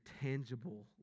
tangible